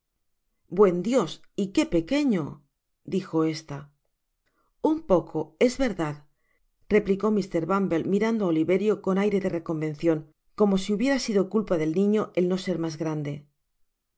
buen dios y que pequeño dijo esta un poco es verdad replicó mr bumble mirando á oliverio con aire de reconvencion como si hubiera sido culpa del niño el no ser mas grande es